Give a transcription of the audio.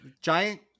giant